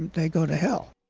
they go to hell.